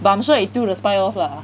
but I'm sure it 丢 the spy off lah